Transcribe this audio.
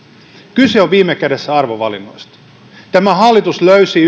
kyse on viime kädessä arvovalinnoista tämä hallitus löysi